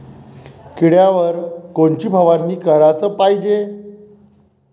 किड्याइवर कोनची फवारनी कराच पायजे?